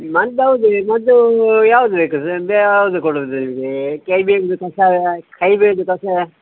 ಮದ್ದು ಹೌದು ಮದ್ದೂ ಯಾವ್ದು ಬೇಕು ಸರ್ ಬೇರೆ ಯಾವುದು ಕೊಡೋದು ನಿಮಗೆ ಕಹಿ ಬೇವಿಂದು ಕಷಾಯ ಕಹಿ ಬೇವಿಂದು ಕಷಾಯ